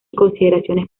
consideraciones